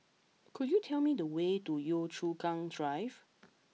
could you tell me the way to Yio Chu Kang Drive